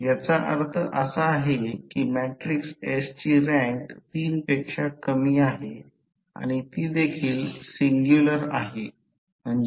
आता आणखी एक आहे भिन्न पॉवर फॅक्टर म्हणा केस 1 साठी व्होल्टेज नियमन अभिव्यक्तीसाठी आम्ही एकक पॉवर फॅक्टर भार मानले